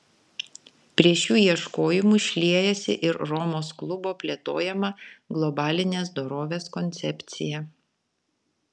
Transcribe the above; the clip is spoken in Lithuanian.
prie šių ieškojimų šliejasi ir romos klubo plėtojama globalinės dorovės koncepcija